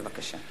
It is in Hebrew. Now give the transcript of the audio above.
בבקשה.